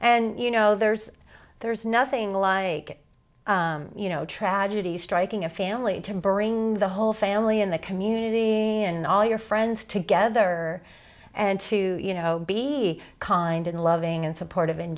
and you know there's there's nothing like you know tragedy striking a family to bring the whole family in the community and all your friends together and to you know be kind and loving and support i've